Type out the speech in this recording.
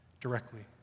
directly